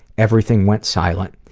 everything went silent.